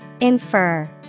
Infer